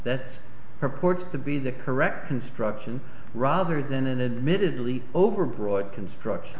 that's purports to be the correct construction rather than an admitted leap over broad construction